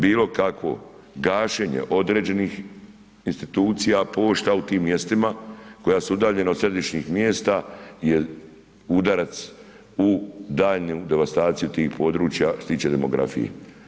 Bilo kakvo gašenje određenih institucija, pošta u tim mjestima koja su udaljena od središnjih mjesta je udarac u daljnju devastaciju tih područja što se tiče demografije.